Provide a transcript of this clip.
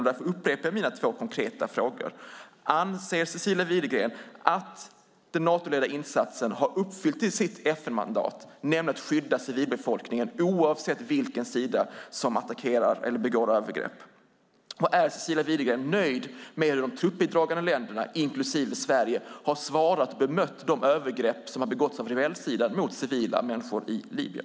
Därför upprepar jag mina två konkreta frågor: Anser Cecilia Widegren att den Natoledda insatsen har uppfyllt sitt FN-mandat, nämligen att skydda civilbefolkningen oavsett vilken sida som attackerar eller begår övergrepp? Och är Cecilia Widegren nöjd med hur de truppbidragande länderna, inklusive Sverige, har svarat på och bemött de övergrepp som har begåtts av rebellsidan mot civila människor i Libyen?